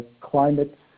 climate